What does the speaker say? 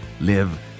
Live